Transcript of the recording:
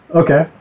okay